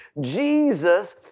Jesus